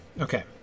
Okay